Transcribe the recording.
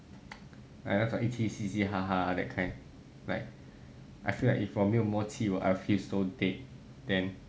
like 那种一起嘻嘻哈哈 that kind like I feel like if 我没有默契 I will feel so dead then